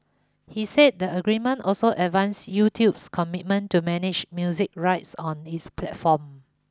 he said the agreement also advanced YouTube's commitment to manage music rights on its platform